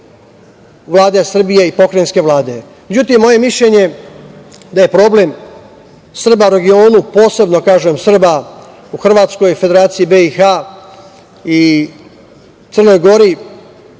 Vlade Srbije i pokrajinske Vlade.